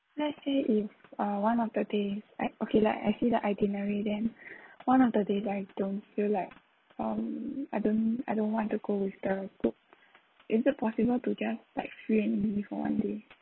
let's say if uh one of the days right okay like I see the itinerary then one of the day I don't feel like um I don't I don't want to go with the group is it possible to just like free and easy for one day